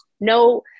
No